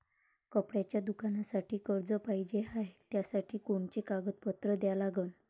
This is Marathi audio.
कपड्याच्या दुकानासाठी कर्ज पाहिजे हाय, त्यासाठी कोनचे कागदपत्र द्या लागन?